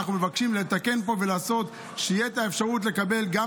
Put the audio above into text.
אנחנו מבקשים לתקן פה ולעשות שתהיה האפשרות לקבל גם